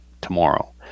tomorrow